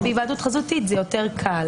שיותר קל